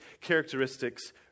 characteristics